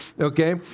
okay